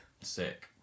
Sick